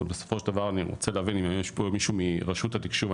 בסופו של דבר אני רוצה להבין אם יש פה מישהו מרשות התקשוב,